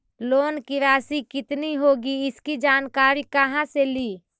Loan की रासि कितनी होगी इसकी जानकारी कहा से ली?